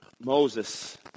Moses